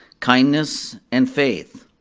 kindness, and faith.